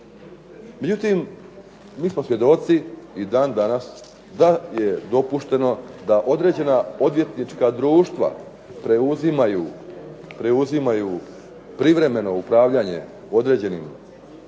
Međutim, mi smo svjedoci i dan danas da je dopušteno da određena odvjetnička društva preuzimaju privremeno upravljanje određenim pravnim